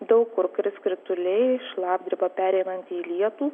daug kur kris krituliai šlapdriba pereinanti į lietų